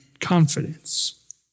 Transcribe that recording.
confidence